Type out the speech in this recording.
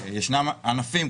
ישנם ענפים,